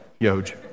yoj